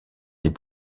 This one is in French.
des